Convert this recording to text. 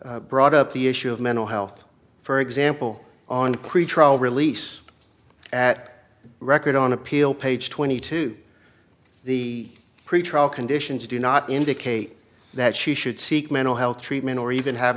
have brought up the issue of mental health for example on the creature release at the record on appeal page twenty two the pretrial conditions do not indicate that she should seek mental health treatment or even have